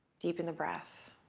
deepen the breath.